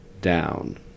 down